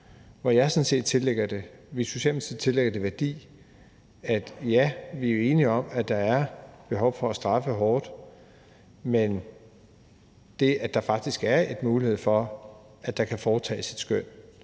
sådan set tillægger det værdi – vi er enige om, at der er behov for at straffe hårdt – at der faktisk er en mulighed for, at der kan foretages et skøn,